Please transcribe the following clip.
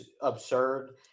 absurd